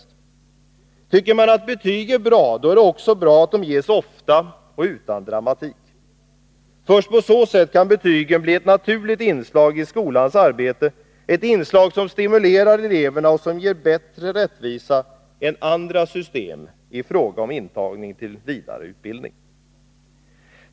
samma frågor väsendet gemensamma frågor Tycker man att betyg är bra, är det också bra att de ges ofta och utan dramatik. Först på så sätt kan betygen bli ett naturligt inslag i skolans arbete, ett inslag som stimulerar eleverna och som ger bättre rättvisa än andra system i fråga om intagning till vidare utbildning.